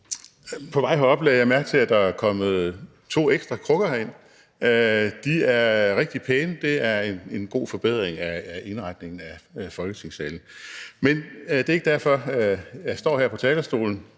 På vej herop lagde jeg mærke til, at der er kommet to ekstra krukker herind, de er rigtige pæne, og det er en god forbedring af indretningen af Folketingssalen. Men det er ikke derfor, jeg står her på talerstolen;